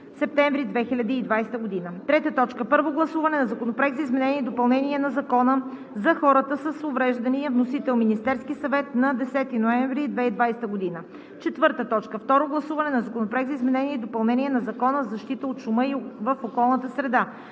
септември 2020 г. 3. Първо гласуване на Законопроекта за изменение и допълнение на Закона за хората с увреждания. Вносител – Министерският съвет, 10 ноември 2020 г. 4. Второ гласуване на Законопроекта за изменение и допълнение на Закона за защита от шума в околната среда.